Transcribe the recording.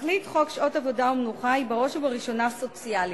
תכלית חוק שעות עבודה ומנוחה היא בראש ובראשונה סוציאלית: